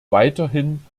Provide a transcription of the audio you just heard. weiterhin